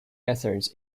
methods